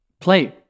play